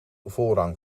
voorrang